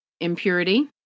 impurity